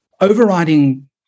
Overriding